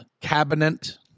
cabinet